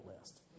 list